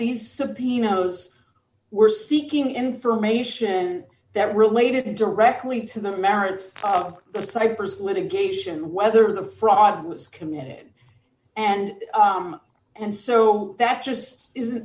these subpoena those were seeking information that related directly to the merits of the cyprus litigation whether the fraud was committed and and so that just isn't